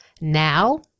Now